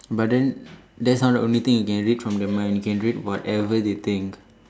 but then there's not the only thing you can read from the mind you can read whatever they think